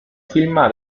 filma